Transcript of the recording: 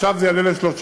ועכשיו זה יעלה ל-39.